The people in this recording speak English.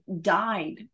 died